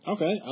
Okay